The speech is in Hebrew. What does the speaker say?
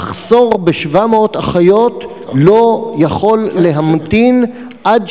המחסור ב-700 אחיות לא יכול להמתין עד